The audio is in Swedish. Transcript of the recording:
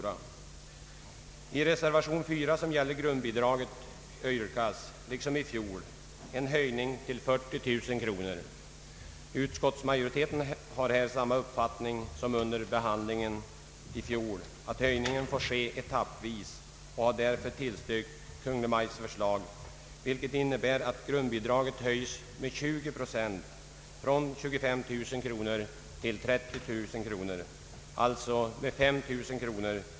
I reservation 4, som gäller grundbidraget, yrkas liksom i fjol en höjning till 40 000 kronor. Utskottsmajoriteten har här samma uppfattning som under behandlingen i fjol, nämligen att höjningen får ske etappvis, och har därför tillstyrkt Kungl. Maj:ts förslag, vilket innebär att grundbidraget höjs med 20 procent från 25 000 till 30 000 kronor, alltså med 5 000 kronor.